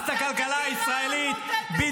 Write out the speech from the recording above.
הוא משנה את המזרח התיכון לנגד